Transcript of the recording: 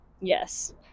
Yes